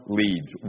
leads